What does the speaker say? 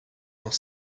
dans